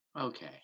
okay